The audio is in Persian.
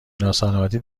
ناسلامتی